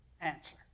answer